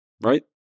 Right